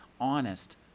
Honest